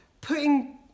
putting